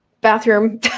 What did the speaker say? bathroom